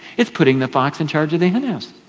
it's putting the fox in charge of the hen house.